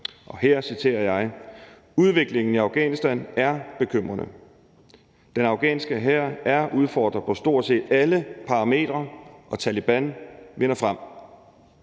og her citerer jeg: Udviklingen i Afghanistan er bekymrende. Den afghanske hær er udfordret på stort set alle parametre, og Taleban vinder frem.